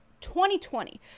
2020